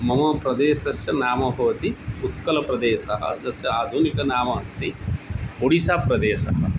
मम प्रदेशस्य नाम भवति उत्कलप्रदेशः तस्य आधुनिकं नाम अस्ति ओडिसाप्रदेशः